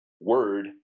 word